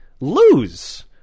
lose